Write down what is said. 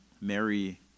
Mary